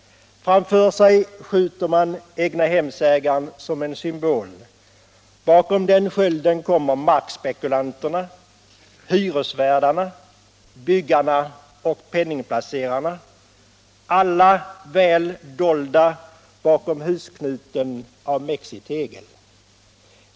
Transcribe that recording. Framför sig skjuter man egnahemsägaren som en symbol. Bakom den skölden kommer markspekulanterna, hyresvärdarna, byggarna och penningplacerarna, alla väl dolda bakom husknuten av mexitegel.